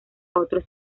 otros